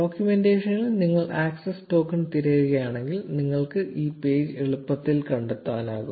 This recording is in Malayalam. ഡോക്യുമെന്റേഷനിൽ നിങ്ങൾ ആക്സസ് ടോക്കൺ തിരയുകയാണെങ്കിൽ നിങ്ങൾക്ക് ഈ പേജ് എളുപ്പത്തിൽ കണ്ടെത്താനാകും